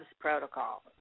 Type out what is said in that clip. protocol